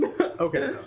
Okay